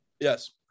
Yes